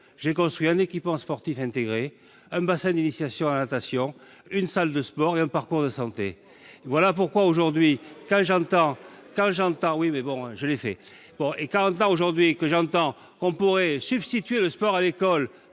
j'ai construit un équipement sportif intégré, un bassin d'initiation à la natation, une salle de sport et j'ai mis en place un parcours de santé. Voilà pourquoi, aujourd'hui, quand j'entends qu'on pourrait substituer au sport à l'école